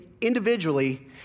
individually